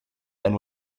and